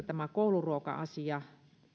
tämä kouluruoka asia